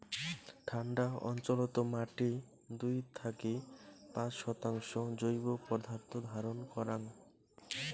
ঠান্ডা অঞ্চলত মাটি দুই থাকি পাঁচ শতাংশ জৈব পদার্থ ধারণ করাং